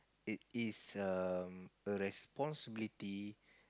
it is um a responsibility